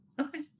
Okay